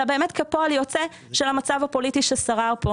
אלא באמת כפועל יוצא של המצב הפוליטי ששרר פה.